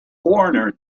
foreigner